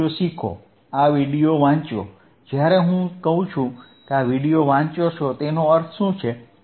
આ વિડિઓ શીખો આ વિડિઓ વાંચો જ્યારે હું કહું છું કે આ વિડિઓ વાંચો તેનો અર્થ શું છે